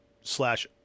slash